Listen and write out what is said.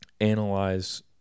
analyze